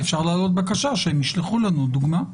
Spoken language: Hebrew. אפשר להעלות בקשה שהם ישלחו לנו דוגמה.